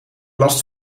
last